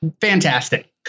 Fantastic